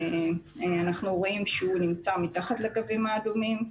אנחנו רואים שהוא נמצא מתחת לקווים האדומים,